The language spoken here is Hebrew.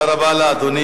תודה רבה לאדוני.